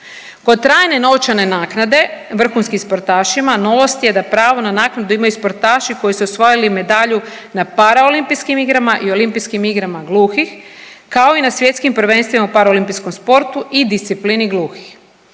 Kod trajne novčane naknade vrhunskim sportašima novost je da pravo na naknadu imaju sportaši koji su osvajali medalju na paraolimpijskim igrama i olimpijskim igrama gluhih kao i na svjetskim prvenstvima u paraolimpijskom sportu i disciplini gluhih,